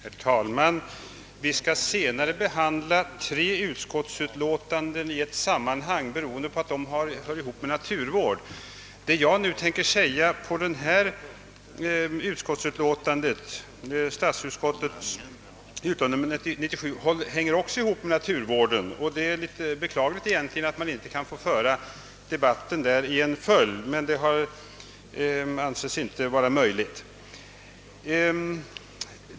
Herr talman! Vi skall senare behandla tre utskottsutlåtanden i ett sammanhang, beroende på att de hör ihop med naturvård. Vad jag nu tänker anföra i samband med statsutskottets utlåtande nr 97 hänger också samman med naturvården. Det är beklagligt att man inte kan få föra även denna debatt i samma följd, men det anses inte vara möjligt.